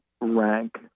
rank